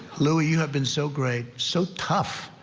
louie, you have been so great, so tough.